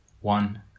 one